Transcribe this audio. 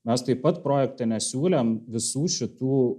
mes taip pat projekte nesiūlėm visų šitų